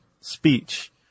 speech